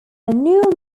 annual